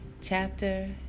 Chapter